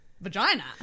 Vagina